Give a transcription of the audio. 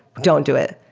don't do it.